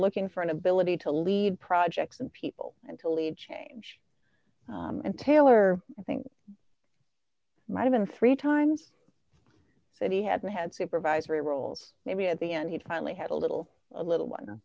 looking for an ability to lead projects and people to lead change and taylor i think might have been three times that he hadn't had supervisory roles maybe at the end he finally had a little a little one